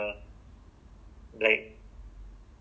oh they call it the green f~ eh green lane eh